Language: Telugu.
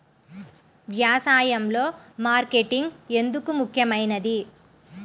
వ్యసాయంలో మార్కెటింగ్ ఎందుకు ముఖ్యమైనది?